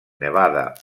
nevada